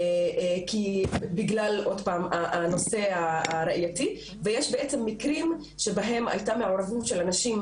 בגלל הנושא הראייתי ויש מקרים שבהם היתה מעורבות של אנשים